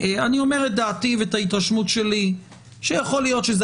אני אומר את דעתי ואת ההתרשמות שלי שיכול להיות שזה